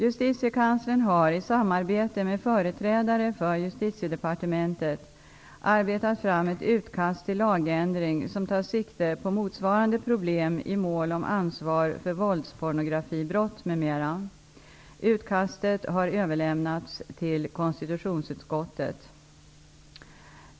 Justitiekanslern har i samarbete med företrädare för Justitiedepartementet arbetat fram ett utkast till lagändring som tar sikte på motsvarande problem i mål om ansvar för våldspornografibrott m.m. Utkastet har överlämnats till konstitutionsutskottet.